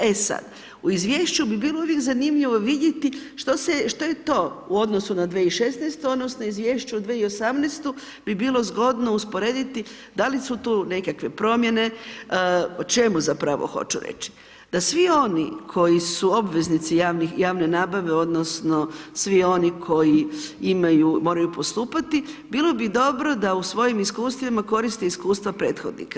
E sad, u izvješću bi bilo uvijek zanimljivo vidjeti što je to u odnosu na 2016. odnosno u izvješću u 2018. bi bilo zgodno usporediti da li su tu nekakve promjene, o čemu zapravo hoću reći? da svi oni koji su obveznici javne nabave odnosno svi oni koji imaju, moraju postupati, bilo bi dobro da u svojim iskustvima koriste iskustva prethodnika.